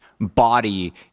body